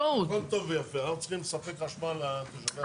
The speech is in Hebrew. אנחנו צריכים לדאוג לתושבי המדינה.